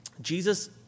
Jesus